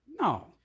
No